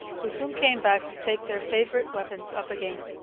who soon came back to take their favourite weapons up again.